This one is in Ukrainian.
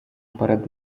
перед